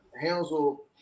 Hansel